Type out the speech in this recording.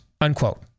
unquote